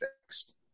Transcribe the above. fixed